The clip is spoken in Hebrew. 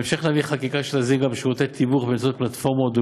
בהמשך נביא חקיקה שתסדיר גם שירותי תיווך באמצעות פלטפורמות,